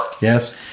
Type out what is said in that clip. Yes